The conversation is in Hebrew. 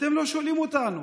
אתם לא שואלים אותנו,